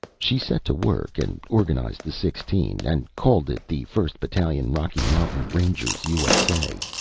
she set to work and organized the sixteen, and called it the first battalion rocky mountain rangers, u s a,